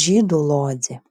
žydų lodzė